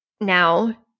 now